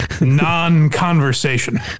non-conversation